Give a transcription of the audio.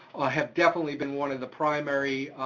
have definitely been one of the primary